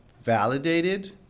validated